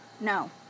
No